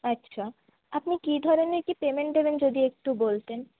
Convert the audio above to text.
আচ্ছা আপনি কী ধরনের কী পেমেন্ট দেবেন যদি একটু বলতেন